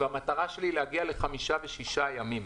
המטרה שלי היא להגיע לחמישה או שישה ימים.